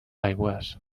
aigües